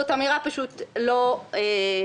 זאת אמירה פשוט לא נכונה.